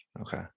Okay